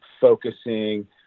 focusing